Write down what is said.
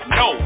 no